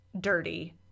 dirty